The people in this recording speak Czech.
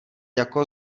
jako